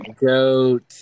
Goat